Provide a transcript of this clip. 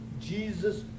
Jesus